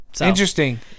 Interesting